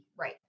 right